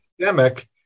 pandemic